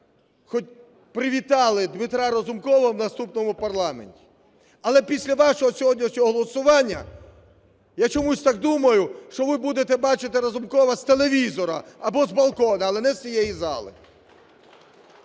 ви привітали Дмитра Разумкова в наступному парламенті. Але після вашого сьогоднішнього голосування, я чомусь так думаю, що ви будете бачити Разумкова з телевізора або з балкона, але не з цієї зали.